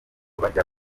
barya